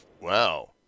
Wow